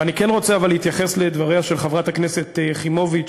אבל אני כן רוצה להתייחס לדבריה של חברת הכנסת יחימוביץ